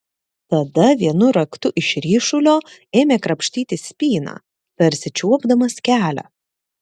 tada vienu raktu iš ryšulio ėmė krapštyti spyną tarsi čiuopdamas kelią